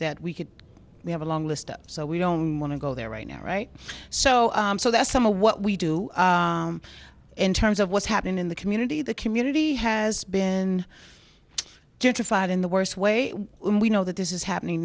that we could we have a long list so we don't want to go there right now right so so that's some a what we do in terms of what's happening in the community the community has been gentrified in the worst way we know that this is happening